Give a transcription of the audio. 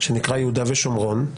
שנקרא יהודה ושומרון,